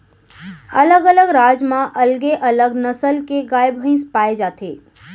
अलग अलग राज म अलगे अलग नसल के गाय भईंस पाए जाथे